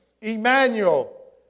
Emmanuel